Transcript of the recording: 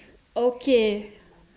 okay